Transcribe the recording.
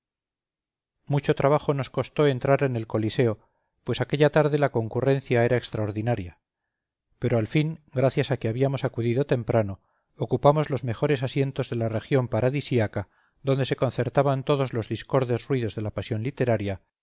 mucho trabajo nos costó entrar en el coliseo pues aquella tarde la concurrencia era extraordinaria pero al fin gracias a que habíamos acudido temprano ocupamos los mejores asientos de la región paradisíaca donde se concertaban todos los discordes ruidos de la pasión literaria